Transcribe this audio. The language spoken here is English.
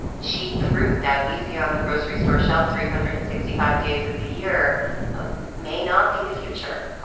cheap fruit that we see on the grocery store shelf three hundred and sixty five days of the year ah may not be the future.